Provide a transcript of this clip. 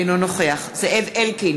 אינו נוכח זאב אלקין,